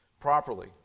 properly